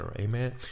Amen